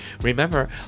Remember